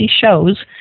shows